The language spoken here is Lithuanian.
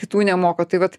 kitų nemoko tai vat